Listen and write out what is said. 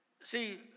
See